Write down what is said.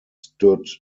stood